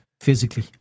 physically